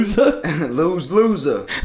Lose-loser